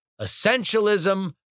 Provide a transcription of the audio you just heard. essentialism